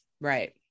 Right